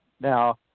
Now